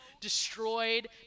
destroyed